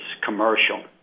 commercial